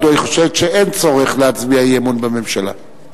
מדוע היא חושבת שאין צורך להצביע אי-אמון בממשלה.